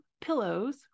pillows